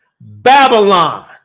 Babylon